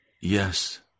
Yes